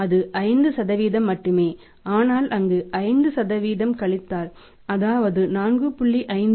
அது 5 மட்டுமே ஆனால் அங்கு 5 கழித்தல் அதாவது 4